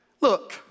look